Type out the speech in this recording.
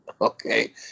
Okay